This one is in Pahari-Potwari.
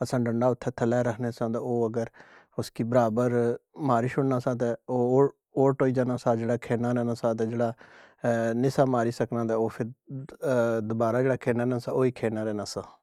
گل ڈنڈا اس طراں ہونا سا ہیک دور مارنا دا اوس کافی دور جانا سا تے اسساں تھلے ڈنڈا اوتھیں رکھنے ساں تے او اگر اسکی برابر ماری شوربا سا تے اوٹ ہوئی جانا سا تے جیڑا ماری سکنا جیڑا کھیڑنا رہنا سا او ای کھڑی رہنا سا۔